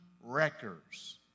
wreckers